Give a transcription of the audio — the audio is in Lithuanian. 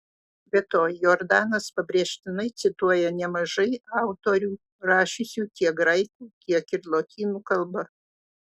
be to jordanas pabrėžtinai cituoja nemažai autorių rašiusių tiek graikų tiek ir lotynų kalba